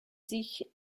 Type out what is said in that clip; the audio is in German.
sich